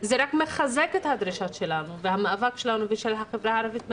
מחזק את הדרישות שלנו והמאבק שלנו ושל החברה הערבית בנגב,